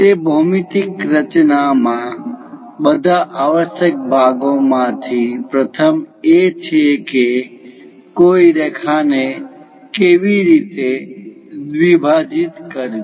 તે ભૌમિતિક રચના માં બધા આવશ્યક ભાગોમાંથી પ્રથમ એ છે કે કોઈ રેખા ને કેવી રીતે દ્વિભાજીત કરવી